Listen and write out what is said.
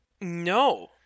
No